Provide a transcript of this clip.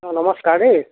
অঁ নমস্কাৰ দেই